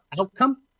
outcome